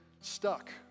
stuck